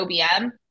OBM